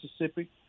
Mississippi